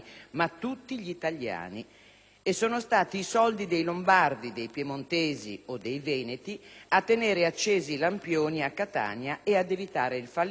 e sono stati i soldi dei lombardi, dei piemontesi o dei veneti a tenere accesi i lampioni a Catania e ad evitare il fallimento della capitale.